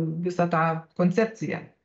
visą tą koncepciją